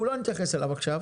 אנחנו לא נתייחס אליו עכשיו.